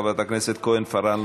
חברת הכנסת כהן-פארן,